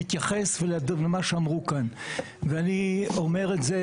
להתייחס למה שאמרו כאן ואני אומר את זה